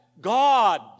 God